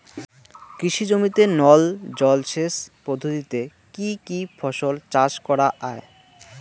কৃষি জমিতে নল জলসেচ পদ্ধতিতে কী কী ফসল চাষ করা য়ায়?